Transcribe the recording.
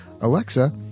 Alexa